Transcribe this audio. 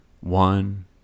one